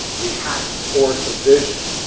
we have to force a vision.